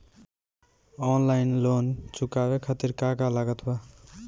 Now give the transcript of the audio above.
Online loan चुकावे खातिर का का लागत बा?